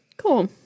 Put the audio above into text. cool